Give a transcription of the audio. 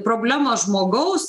problemas žmogaus